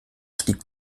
stieg